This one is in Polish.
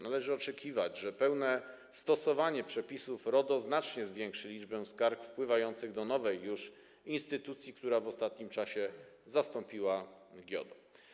Należy oczekiwać, że pełne stosowanie przepisów RODO znacznie zwiększy liczbę skarg wpływających do nowej już instytucji, która w ostatnim czasie zastąpiła GIODO.